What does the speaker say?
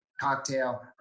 cocktail